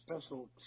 special